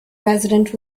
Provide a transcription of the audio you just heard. resident